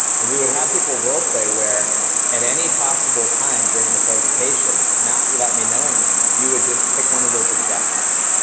and we would have people role play where at any possible time during the presentation, not without me knowing, when you would just pick one of those objections.